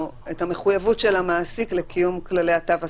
המחויבות של המעסיק לקיום כללי תו הסגול.